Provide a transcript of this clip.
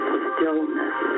stillness